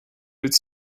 its